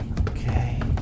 Okay